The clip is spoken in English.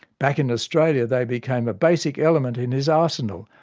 back in australia they became a basic element in his arsenal,